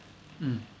mm